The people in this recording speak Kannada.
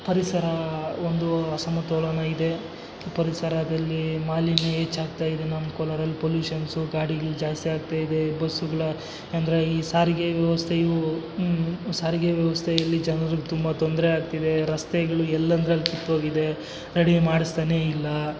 ಪರಿಸರ ಒಂದು ಅಸಮತೋಲನ ಇದೆ ಪರಿಸರದಲ್ಲಿ ಮಾಲಿನ್ಯ ಹೆಚ್ಚಾಗ್ತ ಇದೆ ನಮ್ಮ ಕೋಲಾರಲ್ಲಿ ಪೊಲ್ಯೂಷನ್ಸು ಗಾಡಿಗಳು ಜಾಸ್ತಿ ಆಗ್ತಿದೆ ಬಸ್ಸುಗಳ ಅಂದರೆ ಈ ಸಾರಿಗೆ ವ್ಯವಸ್ಥೆಯು ಸಾರಿಗೆ ವ್ಯವಸ್ಥೆಯಲ್ಲಿ ಜನರು ತುಂಬ ತೊಂದರೆ ಆಗ್ತಿದೆ ರಸ್ತೆಗಳು ಎಲ್ಲೆಂದ್ರಲ್ಲಿ ಕಿತ್ತೋಗಿದೆ ರೆಡಿ ಮಾಡಿಸ್ತಾನೆ ಇಲ್ಲ